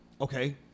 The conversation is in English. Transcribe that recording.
okay